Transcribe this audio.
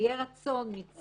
יהיה רצון מצד